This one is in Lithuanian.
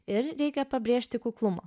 ir reikia pabrėžti kuklumo